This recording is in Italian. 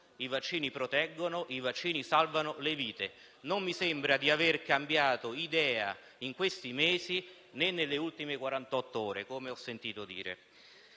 i vaccini proteggono, i vaccini salvano le vite. Non mi sembra di aver cambiato idea in questi mesi né nelle ultime quarantotto ore, come ho sentito dire.